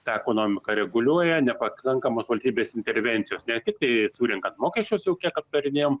tą ekonomiką reguliuoja nepakankamos valstybės intervencijos ne tik kai surenka mokesčius jau aptarinėjom